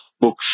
books